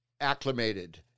acclimated